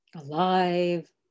Alive